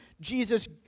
Jesus